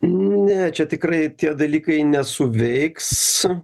ne čia tikrai tie dalykai nesuveiks